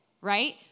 right